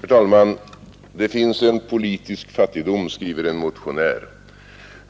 Herr talman! Det finns en politisk fattigdom, skriver en motionär.